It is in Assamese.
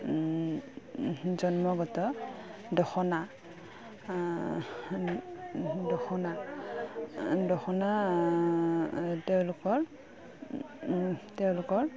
জন্মগত দখনা দখনা দখনা তেওঁলোকৰ তেওঁলোকৰ